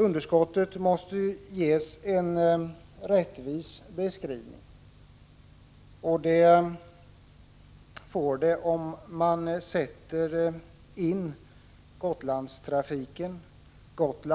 Underskottet måste ges en rättvisande beskrivning, och det får det om man ser på Gotlandstrafiken och